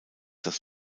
das